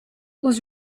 was